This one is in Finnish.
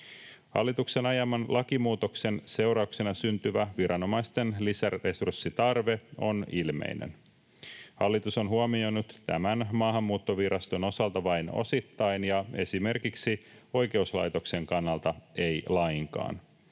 Hallituksen ajaman lakimuutoksen seurauksena syntyvä viranomaisten lisäresurssitarve on ilmeinen. Hallitus on huomioinut tämän Maahanmuuttoviraston osalta vain osittain ja esimerkiksi oikeuslaitoksen kannalta ei lainkaan.